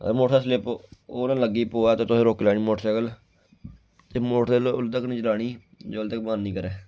motorcycle slip अगर हनो लग्गी पवै ते तुसें रोकी लैनी मोटरसैकल ते मोटरसैकल ओल्लै तक निं चलानी जे जेल्लै तक मन निं करै